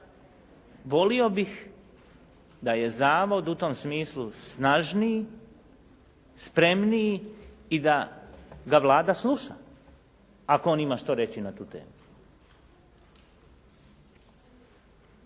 Volio bih da je zavod u tom smislu snažniji, spremniji i da ga Vlada sluša ako on ima što reći na tu temu.